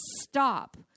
stop